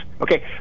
Okay